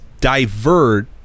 divert